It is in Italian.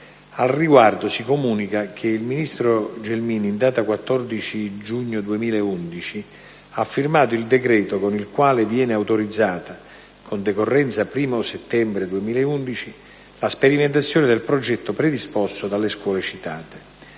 Al riguardo, il ministro Gelmini, in data 14 giugno 2011, ha firmato il decreto con il quale viene autorizzata, con decorrenza 1° settembre 2011, la sperimentazione del progetto predisposto dalle scuole citate.